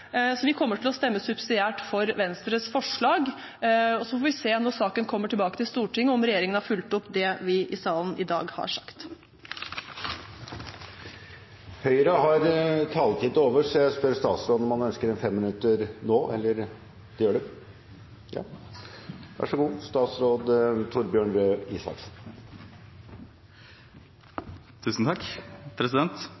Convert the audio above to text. Så vi kommer til å stemme subsidiært for Venstres forslag, og så får vi se når saken kommer tilbake til Stortinget, om regjeringen har fulgt opp det vi i salen i dag har sagt. Presidenten vil bemerke at Høyre har taletid til overs, og spør derfor statsråden om han ønsker ordet til et femminuttersinnlegg nå. Takk – det er fint når det